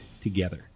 together